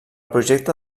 projecte